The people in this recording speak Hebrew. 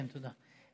כן, תודה.